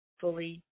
fully